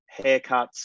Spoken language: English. haircuts